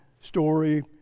story